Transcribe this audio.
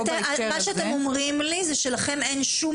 פה בהקשר הזה --- מה שאתם אומרים לי זה שלכם אין שום